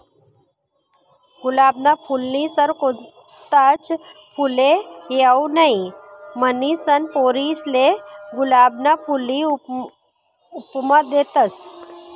गुलाबना फूलनी सर कोणताच फुलले येवाऊ नहीं, म्हनीसन पोरीसले गुलाबना फूलनी उपमा देतस